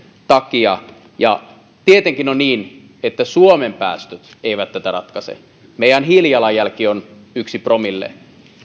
takia ja tietenkin on niin että suomen päästöt eivät tätä ratkaise meidän hiilijalanjälki on yhdelle promille